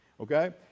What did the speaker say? Okay